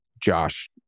Josh